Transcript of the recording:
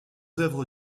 œuvre